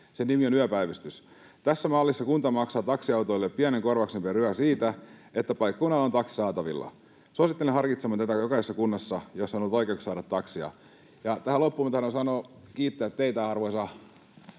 Sen nimi on yöpäivystys. Tässä mallissa kunta maksaa taksiautoilijalle pienen korvauksen per yö siitä, että paikkakunnalla on taksi saatavilla. Suosittelen harkitsemaan tätä jokaisessa kunnassa, jossa on ollut vaikeuksia saada taksia. Tähän loppuun tahdon kiittää teitä, arvoisa